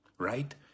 right